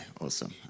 awesome